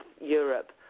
europe